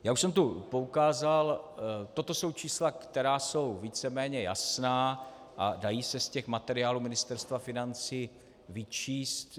Já už jsem tu poukázal, toto jsou čísla, která jsou víceméně jasná a dají se z materiálů Ministerstva financí vyčíst.